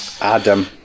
Adam